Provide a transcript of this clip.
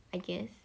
I guess